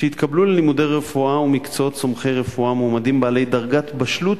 שיתקבלו ללימודי רפואה ומקצועות סומכי רפואה מועמדים בעלי דרגת בשלות